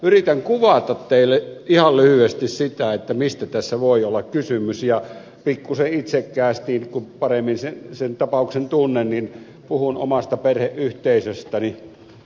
yritän kuvata teille ihan lyhyesti sitä mistä tässä voi olla kysymys ja pikkuisen itsekkäästi kun paremmin tapauksen tunnen puhun omasta perheyhteisöstäni